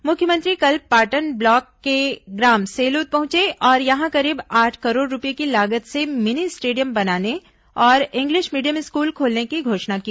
मुख्यमंत्री कल पाटन ब्लॉक के ग्राम सेलद पहंचे और यहां करीब आठ करोड रूपये की लागत से मिनी स्टेडियम बनाने और इंग्लिश मीडियम स्कूल खोलने की घोषणा की